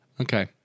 Okay